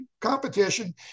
competition